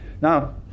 Now